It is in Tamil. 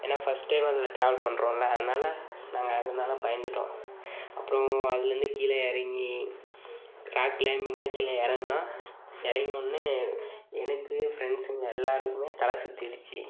ஏன்னா ஃபஸ்ட் டைம் அதில் ட்ராவல் பண்றோம்ல அதனால நாங்கள் அதனால பயந்துட்டோம் அப்றம் அதுலேருந்து கீழே இறங்கி ராக் க்ளைம்பிங்கில் கீழே இறங்குனா இறங்குனோனே எனக்கு ஃப்ரெண்ட்ஸுங்க எல்லாருக்குமே தலை சுத்திடுச்சு